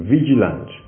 Vigilant